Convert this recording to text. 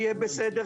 יהיה בסדר,